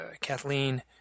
Kathleen